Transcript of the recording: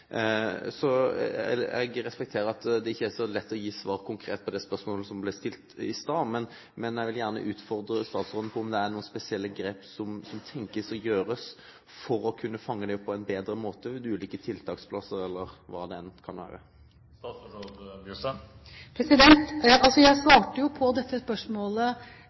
Jeg respekterer at det ikke er så lett å gi konkret svar på det spørsmålet som ble stilt i sted, men jeg vil gjerne utfordre statsråden på om man tenker på å gjøre noen spesielle grep for å kunne fange dem opp på en bedre måte – ved ulike tiltaksplasser, eller hva det enn kan være. Jeg svarte på dette spørsmålet